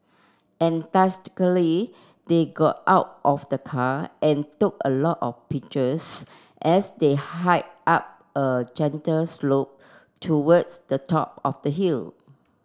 enthusiastically they got out of the car and took a lot of pictures as they hike up a gentle slope towards the top of the hill